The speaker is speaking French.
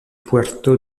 puerto